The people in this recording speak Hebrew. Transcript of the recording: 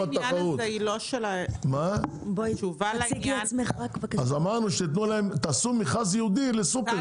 אז אמרנו שיעשו מכרז ייעודי לסופרים.